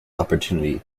opportunity